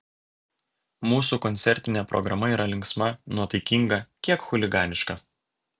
mūsų koncertinė programa yra linksma nuotaikinga kiek chuliganiška